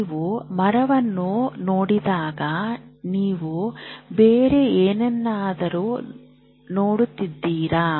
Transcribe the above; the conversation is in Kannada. ನೀವು ಮರವನ್ನು ನೋಡಿದಾಗ ನೀವು ಬೇರೆ ಏನನ್ನಾದರೂ ನೋಡುತ್ತೀರಾ